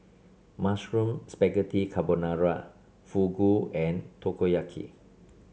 Mushroom Spaghetti Carbonara Fugu and Takoyaki